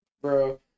bro